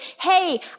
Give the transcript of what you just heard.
hey